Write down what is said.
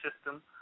system